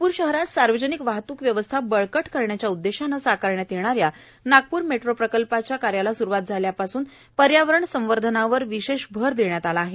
नागपूर शहरात सार्वजनिक वाहतूक व्यवस्था बळकट करण्याच्या उददेशाने साकारण्यात येणाऱ्या नागपूर मेट्रो प्रकल्पाचे कार्याला सुरवात झाल्यापासून पर्यावरण संवर्धनावर विशेष भर देण्यात आले आहे